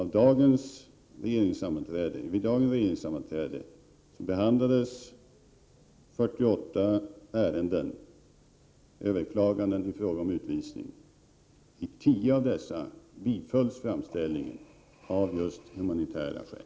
Vid dagens regeringssammanträde behandlades 48 överklaganden i fråga om utvisning. I 10 av dessa ärenden bifölls framställningen, av just humanitära skäl.